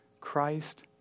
Christ